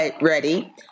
ready